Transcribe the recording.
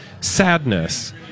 sadness